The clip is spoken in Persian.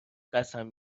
قسم